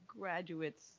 graduate's